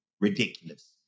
ridiculous